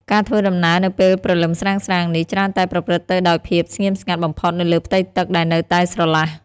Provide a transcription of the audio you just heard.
ការធ្វើដំណើរនៅពេលព្រលឹមស្រាងៗនេះច្រើនតែប្រព្រឹត្តទៅដោយភាពស្ងៀមស្ងាត់បំផុតនៅលើផ្ទៃទឹកដែលនៅតែស្រឡះ។